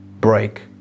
break